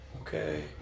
Okay